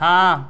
हाँ